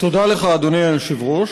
תודה לך, אדוני היושב-ראש.